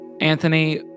Anthony